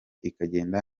ikagenda